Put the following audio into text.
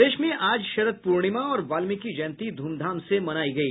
प्रदेश में आज शरद पूर्णिमा और वाल्मिकी जयंती ध्रमधाम से मनायी गयी